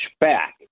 back